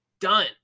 done